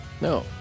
no